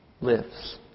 lives